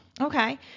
okay